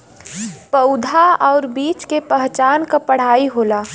पउधा आउर बीज के पहचान क पढ़ाई होला